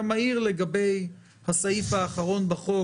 אתה מעיר לגבי הסעיף האחרון בהצעת החוק,